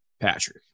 Patrick